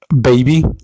baby